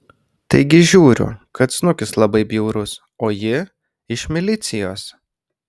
taigi žiūriu kad snukis labai jau bjaurus o ji iš milicijos